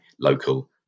local